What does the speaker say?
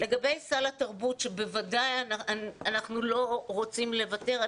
לגבי סל התרבות שבוודאי אנחנו לא רוצים לוותר עליו.